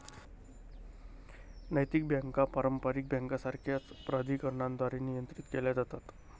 नैतिक बँका पारंपारिक बँकांसारख्याच प्राधिकरणांद्वारे नियंत्रित केल्या जातात